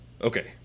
okay